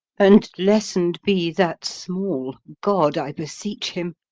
and lessen'd be that small, god, i beseech him!